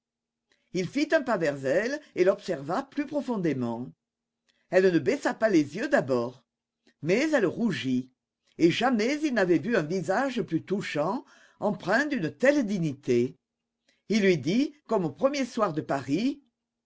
il fit un pas vers elle et l'observa plus profondément elle ne baissa pas les yeux d'abord mais elle rougit et jamais il n'avait vu un visage plus touchant empreint d'une telle dignité il lui dit comme au premier soir de paris